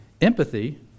Empathy